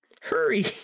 Hurry